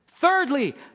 Thirdly